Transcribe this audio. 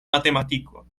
matematiko